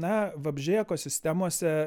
na vabzdžiai ekosistemose